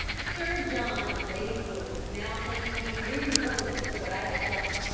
sir john and lady bull now thanked me very warmly for what i had done,